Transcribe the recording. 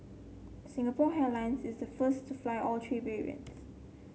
Singapore Airlines is the first to fly all three variants